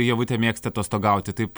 ievutė mėgsta atostogauti taip